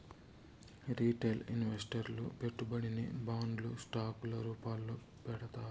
retail ఇన్వెస్టర్లు పెట్టుబడిని బాండ్లు స్టాక్ ల రూపాల్లో పెడతారు